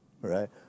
right